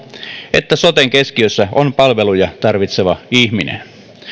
että soten keskiössä on palveluja tarvitseva ihminen